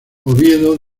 oviedo